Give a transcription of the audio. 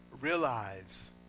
realize